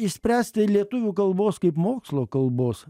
išspręsti lietuvių kalbos kaip mokslo kalbos